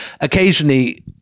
occasionally